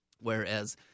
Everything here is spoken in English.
whereas